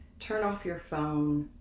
turn off your phone,